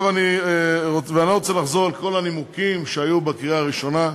אני לא רוצה לחזור על כל הנימוקים שהיו בקריאה הראשונה,